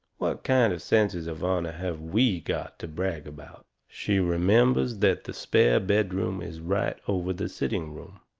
what kind of senses of honour have we got to brag about? she remembers that the spare bedroom is right over the sitting room.